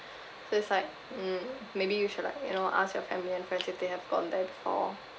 so it's like mm maybe you should like you know ask your family and friends if they have gone there before